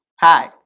Hi